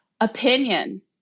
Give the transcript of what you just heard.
opinion